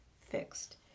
fixed